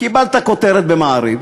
קיבלת כותרת ב"מעריב".